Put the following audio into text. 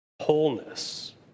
Wholeness